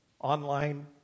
online